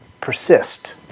persist